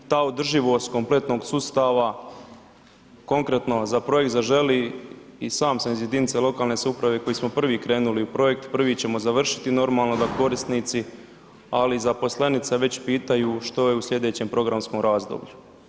Ta održivost kompletnog sustava konkretno za projekt Zaželi i sam sam iz jedinice lokalne samouprave koji smo prvi krenuli u projekt, prvi ćemo završiti, normalno da korisnici, ali i zaposlenice već pitaju što je u sljedećem programskom razdoblju.